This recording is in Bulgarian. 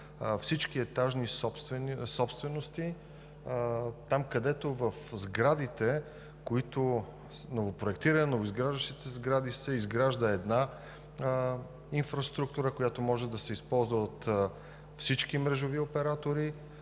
всички етажни собствености, там, където в новопроектираните, новоизграждащите се сгради се изгражда една инфраструктура, която може да се използва от всички мрежови оператори,